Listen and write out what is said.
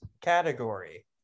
category